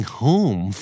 home